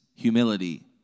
Humility